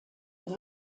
kann